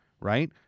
right